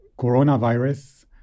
Coronavirus